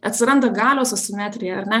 atsiranda galios asimetrija ar ne